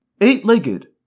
Eight-legged